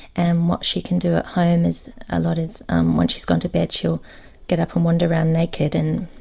and what she can do at home a ah lot is um when she's gone to bed she'll get up and wander around naked in